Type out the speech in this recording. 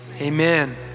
Amen